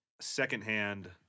secondhand